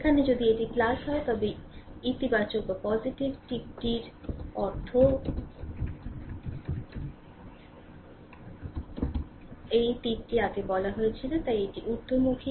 এখানে যদি এটি হয় তবে ইতিবাচক বা পজিটিভ টিপটির অর্থ এই তীরটি আগে বলা হয়েছিল তাই এটি ঊর্ধ্বমুখী